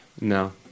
no